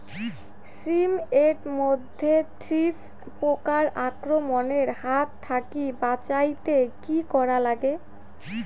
শিম এট মধ্যে থ্রিপ্স পোকার আক্রমণের হাত থাকি বাঁচাইতে কি করা লাগে?